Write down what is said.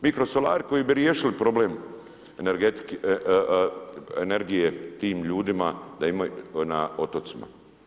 Mikrosolari koji bi riješili problem energije tim ljudima da imaju na otocima.